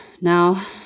Now